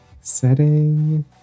setting